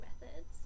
methods